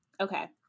Okay